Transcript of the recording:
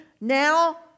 now